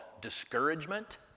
discouragement